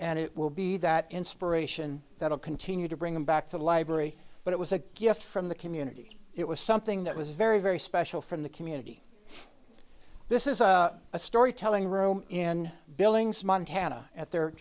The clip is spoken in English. and it will be that inspiration that will continue to bring them back to the library but it was a gift from the community it was something that was very very special from the community this is a storytelling room in billings montana at their